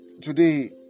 Today